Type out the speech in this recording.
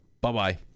bye-bye